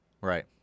Right